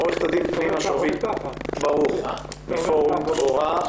עו"ד פנינה שרביט ברוך מפורום דבורה,